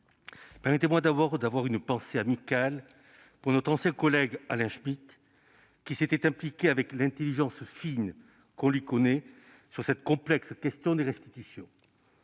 tout d'abord d'avoir une pensée amicale pour notre ancien collègue Alain Schmitz qui s'était impliqué, avec l'intelligence fine qu'on lui connaît, dans cette complexe question des restitutions.